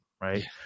right